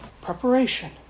Preparation